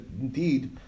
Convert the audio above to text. indeed